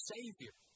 Savior